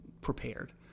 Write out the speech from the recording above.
prepared